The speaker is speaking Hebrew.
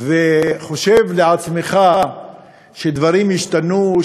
וחושב לעצמך שדברים ישתנו,